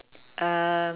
um